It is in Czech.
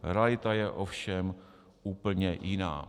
Realita je ovšem úplně jiná.